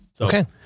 Okay